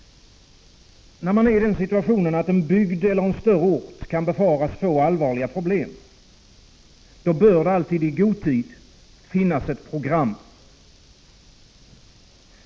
När en bygd eller en stor ort kan befaras få allvarliga problem bör det alltid i god tid finnas ett program.